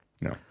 no